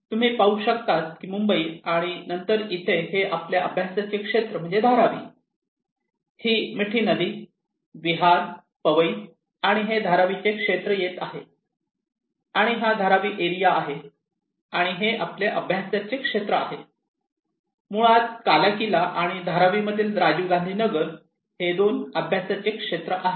तुम्ही पाहू शकतात की मुंबई आणि नंतर इथे हे आपले अभ्यासाचे क्षेत्र म्हणजेच धारावी ही मिठी नदी विहार पवई आणि हे धारावीचे क्षेत्र येत आहे आणि हा धारावी एरिया आहे आणि हे आपले अभ्यासाचे क्षेत्र आहे मुळात कालाकिला आणि धारावी मधील राजीव गांधी नगर हे दोन अभ्यासाचे क्षेत्र आहेत